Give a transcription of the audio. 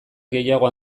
gehiago